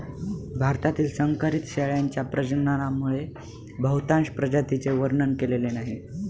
भारतातील संकरित शेळ्यांच्या प्रजननामुळे बहुतांश प्रजातींचे वर्णन केलेले नाही